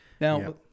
Now